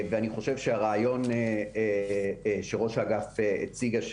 ואני חושב שהרעיון שראש האגף הציגה,